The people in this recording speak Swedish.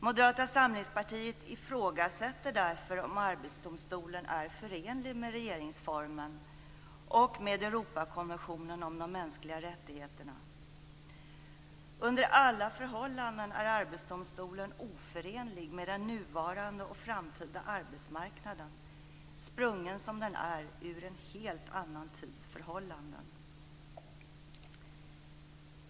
Moderata samlingspartiet ifrågasätter därför om Arbetsdomstolen är förenlig med regeringsformen och med Europakonventionen om de mänskliga rättigheterna. Under alla förhållanden är Arbetsdomstolen oförenlig med den nuvarande och framtida arbetsmarknaden, sprungen som den är ur en helt annan tids förhållanden.